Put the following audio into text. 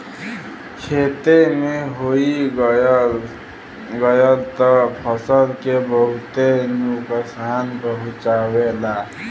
खेते में होई गयल त फसल के बहुते नुकसान पहुंचावेला